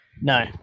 No